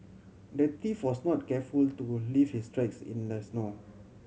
the thief was not careful to leave his tracks in the snow